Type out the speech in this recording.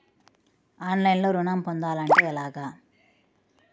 ఆన్లైన్లో ఋణం పొందాలంటే ఎలాగా?